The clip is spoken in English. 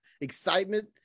excitement